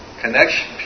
connection